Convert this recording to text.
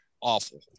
awful